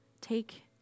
Take